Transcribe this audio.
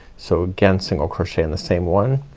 so again single crochet in the same one,